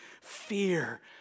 fear